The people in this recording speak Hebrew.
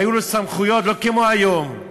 היו לו סמכויות, לא כמו היום.